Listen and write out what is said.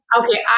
Okay